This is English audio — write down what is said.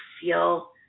feel